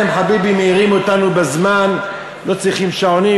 הם, חביבי, מעירים אותנו בזמן, לא צריכים שעונים.